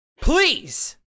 Please